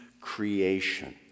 creation